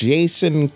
Jason